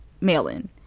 mail-in